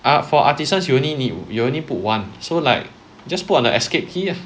art for artisans you only need you only put one so like just put on the escape ah